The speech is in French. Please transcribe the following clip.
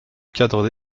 cadre